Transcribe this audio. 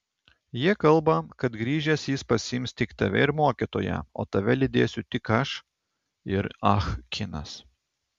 jie kalba kad grįžęs jis pasiims tik tave ir mokytoją o tave lydėsiu tik aš ir ah kinas